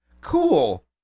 Cool